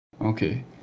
Okay